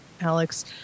Alex